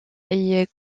est